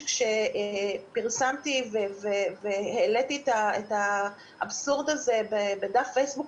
כשפרסמתי והעליתי את האבסורד הזה בדף הפייסבוק